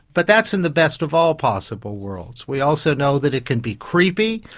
but that's in the best of all possible worlds. we also know that it can be creepy.